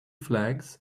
flags